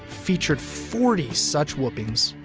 featured forty such whoopings.